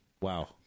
Wow